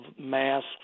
masks